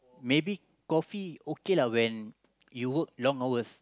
maybe coffee okay lah when you work long hours